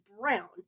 brown